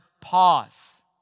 pause